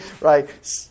right